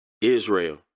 Israel